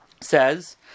says